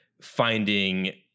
finding